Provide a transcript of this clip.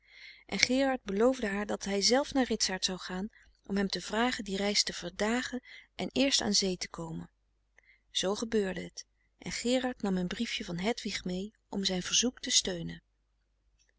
en gerard beloofde haar dat hij zelf naar ritsaart zou gaan om hem te vragen die reis te verdagen en eerst aan zee te komen zoo gebeurde het en gerard nam een briefje van hedwig mee om zijn verzoek te steunen